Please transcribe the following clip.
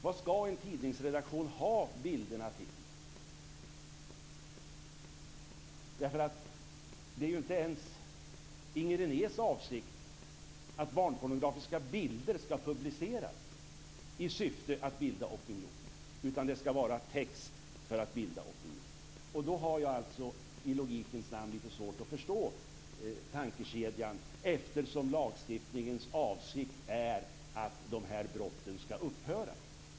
Vad skall en tidningsredaktion ha bilderna till? Det är ju inte ens Inger Renés avsikt att barnpornografiska bilder skall publiceras i syfte att bilda opinion, utan det skall vara text för att bilda opinion. Därför har jag i logikens namn lite svårt att förstå tankekedjan, eftersom lagstiftningens avsikt är att de här brotten skall upphöra.